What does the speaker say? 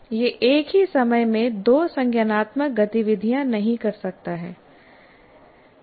यह एक ही समय में दो संज्ञानात्मक गतिविधियाँ नहीं कर सकता है